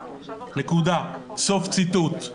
נקודה, סוף ציטוט.